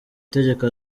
itegeko